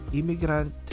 immigrant